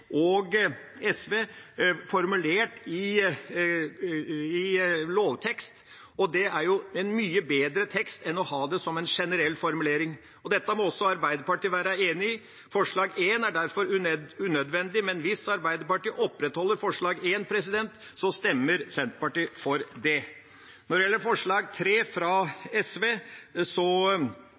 og SV formulert i lovtekst. Det er en mye bedre tekst enn å ha det som en generell formulering. Dette må også Arbeiderpartiet være enig i. Forslag nr. 1 er derfor unødvendig, men hvis Arbeiderpartiet opprettholder forslag nr. 1, stemmer Senterpartiet for det. Når det gjelder forslag nr. 3 fra SV,